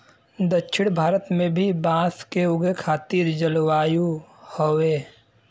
दक्षिण भारत में भी बांस के उगे खातिर जलवायु हउवे